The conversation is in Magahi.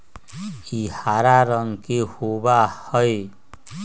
ई हरा रंग के होबा हई